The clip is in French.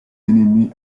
ennemis